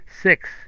Six